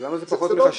אבל למה זה פחות מחשמל?